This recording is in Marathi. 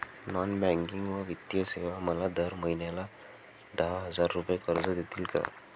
नॉन बँकिंग व वित्तीय सेवा मला दर महिन्याला दहा हजार रुपये कर्ज देतील का?